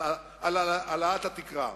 על העלאת התקרה.